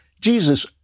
Jesus